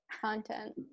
content